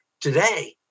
today